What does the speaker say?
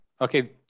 Okay